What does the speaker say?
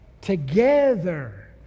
together